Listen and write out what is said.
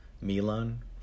Milan